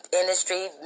industry